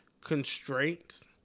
constraints